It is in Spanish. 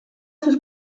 sus